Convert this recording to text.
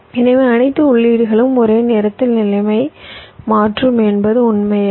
எனவே அனைத்து உள்ளீடுகளும் ஒரே நேரத்தில் நிலையை மாற்றும் என்பது உண்மையல்ல